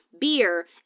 beer